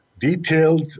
detailed